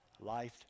life